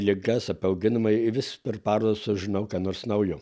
ligas apie auginimą ir vis per parodą sužinau ką nors naujo